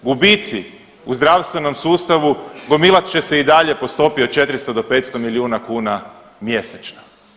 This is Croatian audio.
Gubici u zdravstvenom sustavu gomilat će se i dalje po stopi od 400 do 500 milijuna kuna mjesečno.